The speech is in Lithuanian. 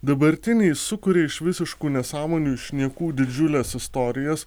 dabartiniai sukuria iš visiškų nesąmonių iš niekų didžiules istorijas